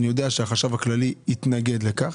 אני יודע שהחשב הכללי התנגד לכך.